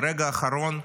וברגע האחרון,